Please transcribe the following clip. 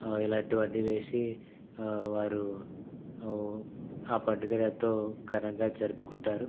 ఇలాంటివన్ని వేసి వారు ఆ పండుగను ఎంతో ఘనంగా జరుపుకుంటారు